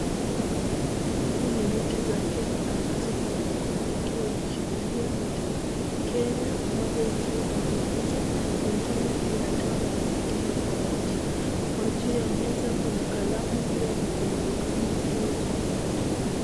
Hizi ni noti za Kenya ambazo kuna mkono ikiwa imeshikilia noti la Kenya, moja ikiwa elfu moja, ingine mia tano na ingine mia moja. Kwa juu ya meza kuna kalamu na pia kuna ugali ikiwa juu ya meza.